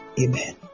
Amen